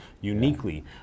uniquely